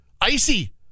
icy